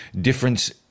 difference